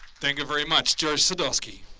thank you very much, george sadowsky.